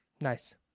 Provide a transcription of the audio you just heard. Nice